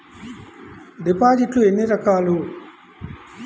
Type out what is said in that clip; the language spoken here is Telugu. డిపాజిట్లు ఎన్ని రకాలు?